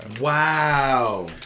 Wow